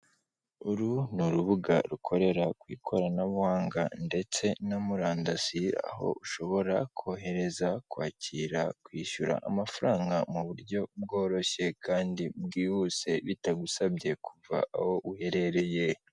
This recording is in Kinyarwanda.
Uru ni urubuga rukorera ku ikoranabuhanga ndetse na murandasiy aho ushobora kohereza, kwakira, kwishyura amafaranga mu buryo bworoshye kandi bwihuse bitagusabye kuva aho uherereye.